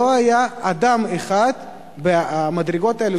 לא היה אדם אחד במדרגות האלו,